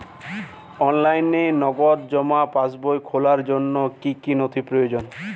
অনলাইনে নগদ জমা পাসবই খোলার জন্য কী কী নথি প্রয়োজন?